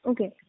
Okay